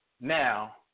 Now